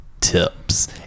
tips